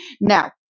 Now